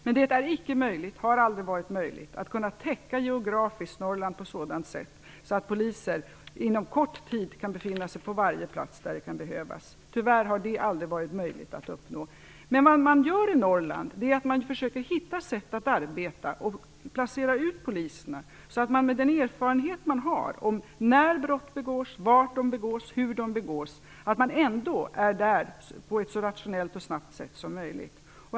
Men det är inte, och har aldrig varit, möjligt att geografiskt kunna täcka Norrland på ett sådant sätt att poliser på kort tid kan befinna sig på varje plats där det kan behövas. Tyvärr har det aldrig varit möjligt att uppnå. Vad man gör i Norrland är att försöka hitta sätt att arbeta och placera ut poliser på, så att man med den erfarenhet man har beträffande när, var och hur brott begås ändå kan vara där på ett så rationellt och snabbt sätt som möjligt.